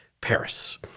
Paris